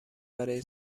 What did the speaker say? برای